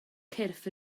cyrff